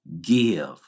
Give